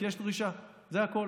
כי יש דרישה, זה הכול.